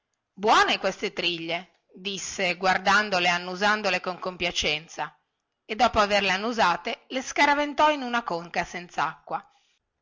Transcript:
buone queste triglie disse guardandole e annusandole con compiacenza e dopo averle annusate le scaraventò in una conca senzacqua